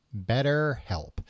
BetterHelp